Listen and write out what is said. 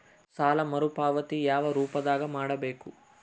ಸಾಲ ಮರುಪಾವತಿ ಯಾವ ರೂಪದಾಗ ಮಾಡಬೇಕು?